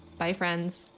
bye friends